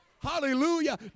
Hallelujah